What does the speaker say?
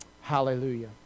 Hallelujah